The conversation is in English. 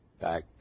back